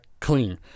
clean